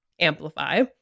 amplify